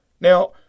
Now